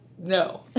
No